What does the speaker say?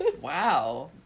wow